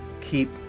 keep